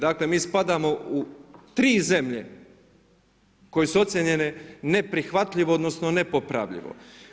Dakle, mi spadamo u tri zemlje koje su ocijenjene neprihvatljivo odnosno nepopravljivo.